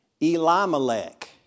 Elimelech